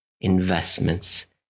Investments